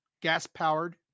gas-powered